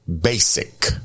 basic